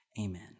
amen